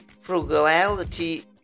frugality